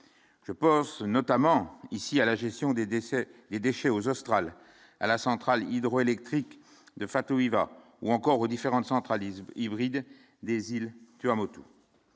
je poste notamment ici, à la gestion des déchets, les déchets aux Australes à la centrale hydroélectrique de Fatou, il va ou encore aux différentes centralisme hybride des îles Tuamotu,